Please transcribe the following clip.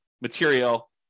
material